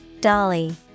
Dolly